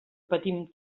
patim